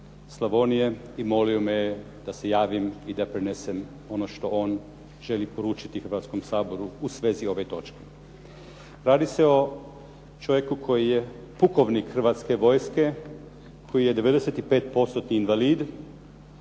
Slavonije i molio me da se javim i da prenesem ono što on želi poručiti Hrvatskom saboru u svezi ove točke. Radi se o čovjeku koji je pukovnik Hrvatske vojske, koji je 90%-tni invalid